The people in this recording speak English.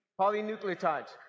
Polynucleotides